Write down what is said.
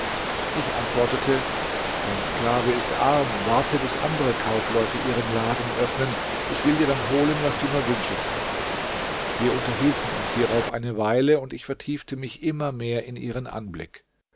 ich antwortete dein sklave ist arm warte bis andere kaufleute ihren laden öffnen ich will dir dann holen was du nur wünschest wir unterhielten uns hierauf eine weile und ich vertiefte mich immer mehr in ihrem anblick